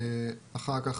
אחר כך